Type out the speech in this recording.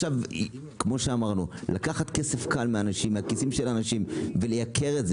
זה לקחת כסף קל מהכיסים של אנשים כדי לייקר.